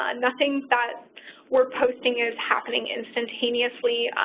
ah nothing that we're posting is happening instantaneously,